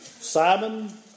Simon